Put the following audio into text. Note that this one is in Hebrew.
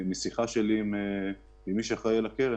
משיחה שלי עם מי שאחראי על הקרן,